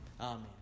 amen